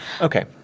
Okay